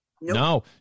No